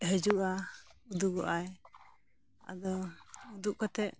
ᱦᱤᱡᱩᱜᱼᱟ ᱩᱫᱩᱜᱚᱜᱼᱟᱭ ᱟᱫᱚ ᱩᱫᱩᱜ ᱠᱟᱛᱮᱫ